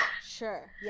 sure